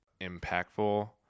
impactful